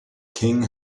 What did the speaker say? king